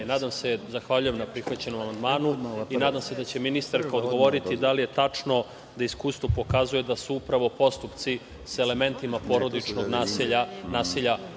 izrečena. Zahvaljujem se na prihvaćenom amandmanu i nadam se da će ministarka odgovoriti da li je tačno da iskustvo pokazuje da se upravo postupci sa elementima porodičnog nasilja